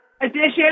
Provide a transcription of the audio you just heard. edition